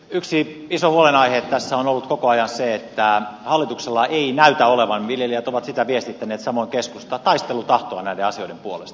yksi iso huolenaihe tässä on ollut koko ajan se että hallituksella ei näytä olevan viljelijät ovat sitä viestittäneet samoin keskusta taistelutahtoa näiden asioiden puolesta